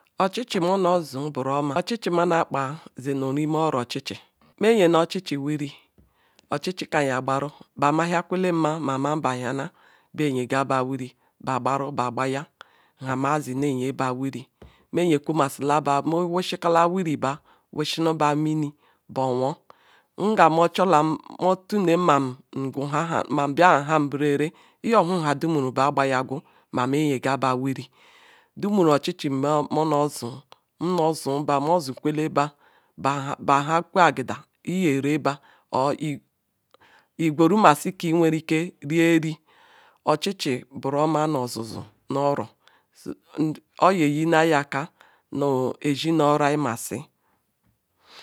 ochichi mo nozu buro ma chichi ma na kpa zinirimz ori ochichi maa nyana ochychi wiri ochi ochi ka yagbera bar mama kwzle me ma mabahiana baa nyaga ba wiri gbagbaru gba gbaya nhamzi yaba wiri meanyi kwo mazuli ba wushizba mini bowor ngam mo cholam manblahaya berere iyeohuhadu nbagbeya kwor ma nr yegaba wiri dumura ochichi nonozu nrozuba nm zukweleba barttarkwe afide iyereba or igweru mazi keiwer ike rierie ochi ochi bwoma nu ozuzu nu oro oyeyenu eyi aka nu ezk nu oroi masi